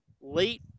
late